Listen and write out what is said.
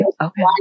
Okay